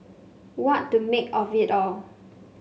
what to make of it all